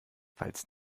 falls